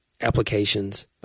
applications